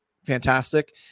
fantastic